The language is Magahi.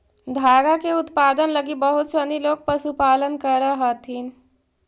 धागा के उत्पादन लगी बहुत सनी लोग पशुपालन करऽ हथिन